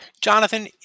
Jonathan